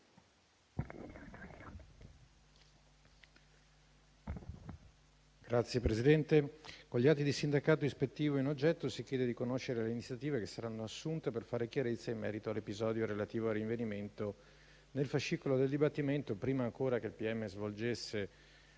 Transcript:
Signor Presidente, con gli atti di sindacato ispettivo in oggetto si chiede di conoscere le iniziative che saranno assunte per fare chiarezza in merito all'episodio relativo al rinvenimento, nel fascicolo del dibattimento, prima ancora che il pubblico